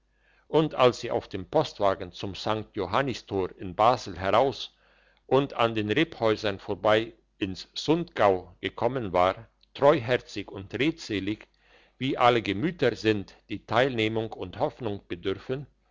und als sie auf dem postwagen zum st johannistor in basel heraus und an den rebhäusern vorbei ins sundgau gekommen war treuherzig und redselig wie alle gemüter sind die teilnehmung und hoffnung bedürfen